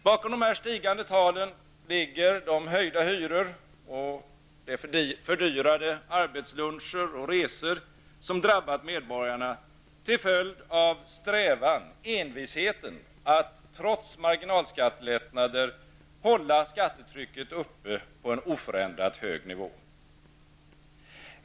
Bakom dessa stigande tal ligger de höjda hyror och de fördyrade arbetsluncher och resor som har drabbat medborgarna till följd av strävan, envisheten, att trots marginalskattelättnader hålla skattetrycket uppe på en oförändrat hög nivå.